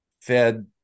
fed